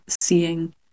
seeing